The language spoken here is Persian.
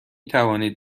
توانید